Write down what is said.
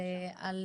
על